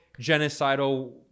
genocidal